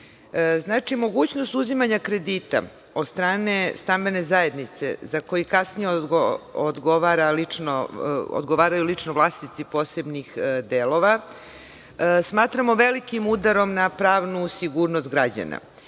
4).Znači, mogućnost uzimanja kredita od strane stambene zajednice za koji kasnije odgovaraju lično vlasnici posebnih delova smatramo velikim udarom na pravnu sigurnost građana